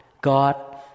God